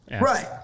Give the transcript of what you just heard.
Right